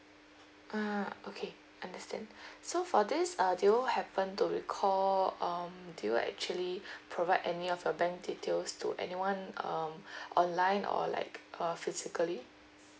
ah okay understand so for this uh do happen to recall um do you actually provide any of your bank details to anyone um online or like uh physically